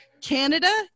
canada